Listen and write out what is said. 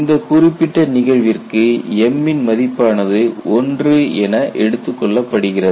இந்தக் குறிப்பிட்ட நிகழ்விற்கு m இன் மதிப்பானது 1 என எடுத்துக் கொள்ளப்பட்டுள்ளது